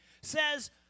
says